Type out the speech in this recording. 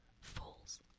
Fools